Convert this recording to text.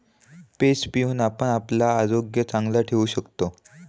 page पिऊन आपण आपला आरोग्य चांगला ठेवू शकतव